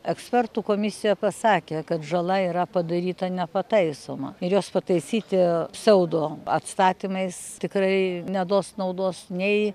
ekspertų komisija pasakė kad žala yra padaryta nepataisoma ir jos pataisyti pseaudo atstatymais tikrai neduos naudos nei